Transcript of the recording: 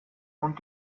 und